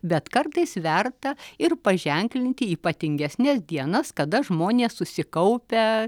bet kartais verta ir paženklinti ypatingesnes dienas kada žmonės susikaupę